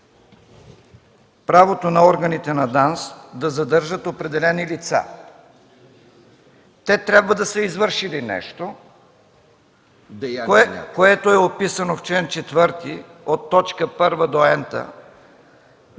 правото на органите на ДАНС да задържат определени лица. Те трябва да са извършили нещо, което е описано в чл. 4 – от т. 1 до n-та, но